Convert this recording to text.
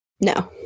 No